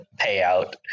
payout